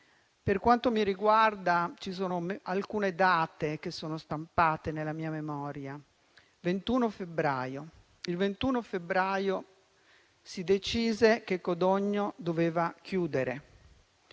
Per quanto mi riguarda, ci sono alcune date che sono stampate nella mia memoria. Il 21 febbraio si decise che Codogno doveva chiudere.